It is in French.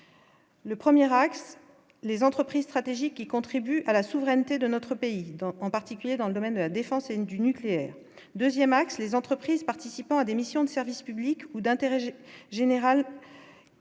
Le premier, les entreprises stratégiques qui contribue à la souveraineté de notre pays, en particulier dans le domaine de la défense et une du nucléaire 2ème axe les entreprises participant à des missions de service public ou d'intérêt je générale